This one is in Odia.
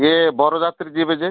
ଇଏ ବରଯାତ୍ରୀ ଯିବେ ଯେ